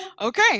Okay